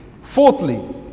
Fourthly